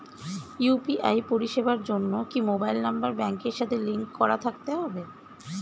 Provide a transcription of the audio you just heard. UPI পরিষেবার জন্য কি মোবাইল নাম্বার ব্যাংকের সাথে লিংক করা থাকতে হবে?